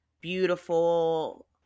beautiful